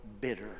bitter